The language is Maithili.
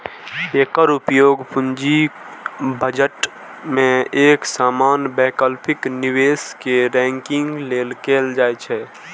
एकर उपयोग पूंजी बजट मे एक समान वैकल्पिक निवेश कें रैंकिंग लेल कैल जाइ छै